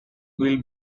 will